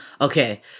Okay